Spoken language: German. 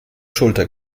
schulter